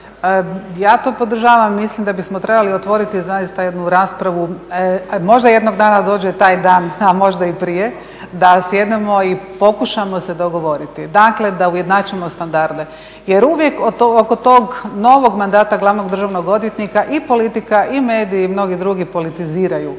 Ja to podržavam, mislim da bismo trebali otvoriti zaista jednu raspravu, možda jednog dana dođe taj dan, a možda i prije, da sjednemo i pokušamo se dogovoriti, dakle da ujednačimo standarde. Jer uvijek oko tog novog mandata glavnog državnog odvjetnika i politika i mediji i mnogi drugi politiziraju na